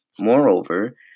Moreover